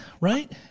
right